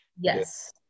Yes